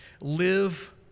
Live